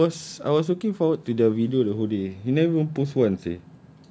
you know but I was I was looking forward to their video the whole day you never even post one seh